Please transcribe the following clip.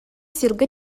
сиргэ